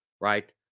Right